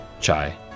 Chai